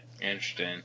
Interesting